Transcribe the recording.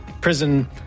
prison